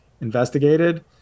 investigated